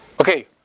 Okay